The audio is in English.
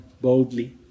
boldly